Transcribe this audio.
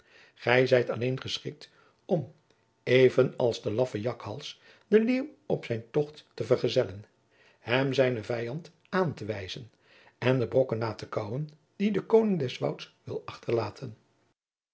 gij zijt alleen geschikt om even als de laffe jakhals den leeuw op zijn tocht te vergezellen hem zijnen vijand aan te wijzen en de brokken na te kaauwen die de koning des wouds wil achterlaten